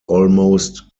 almost